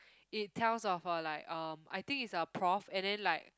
it tells of a like um I think it's a prof and then like